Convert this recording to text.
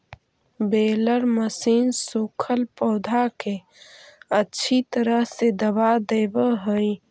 baler machine सूखल पौधा के अच्छी तरह से दबा देवऽ हई